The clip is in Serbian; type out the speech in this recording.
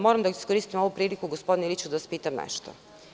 Moram da iskoristim ovu priliku, gospodine Iliću, da vas pitam nešto.